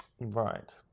Right